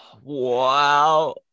wow